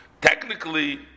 technically